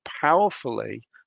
powerfully